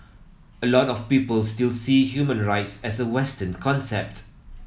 a lot of people still see human rights as a western concept